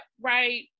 right